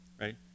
right